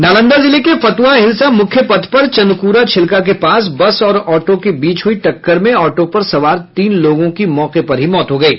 नालंदा जिले के फतुहा हिलसा मुख्य सड़क पर चंदकूरा छिलका के पास बस और ऑटो के बीच हुई टक्कर में ऑटो पर सवार तीन लोगों की मौके पर ही मौत हो गयी